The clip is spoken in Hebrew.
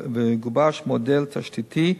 וגובש מודל תשתיתי,